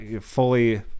fully